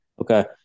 Okay